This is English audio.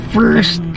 First